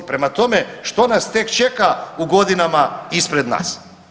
Prema tome, što nas tek čeka u godinama ispred nas.